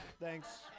Thanks